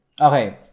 Okay